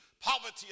poverty